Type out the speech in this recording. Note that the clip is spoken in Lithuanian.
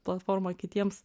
platformą kitiems